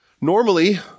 Normally